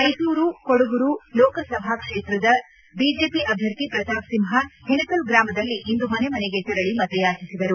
ಮೈಸೂರು ಕೊಡಗುರು ಲೋಕಸಭಾ ಕ್ಷೇತ್ರದ ಬಿಜೆಪಿ ಅಭ್ಯರ್ಥಿ ಪ್ರತಾಪ ಸಿಂಹ ಹಿನಕಲ್ ಗ್ರಾಮದಲ್ಲಿ ಇಂದು ಮನೆ ಮನೆಗೆ ತೆರಳ ಮತಯಾಚಿಸಿದರು